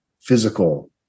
physical